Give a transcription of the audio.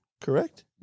correct